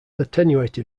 attenuated